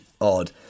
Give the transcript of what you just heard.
odd